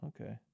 okay